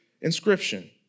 inscription